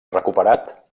recuperat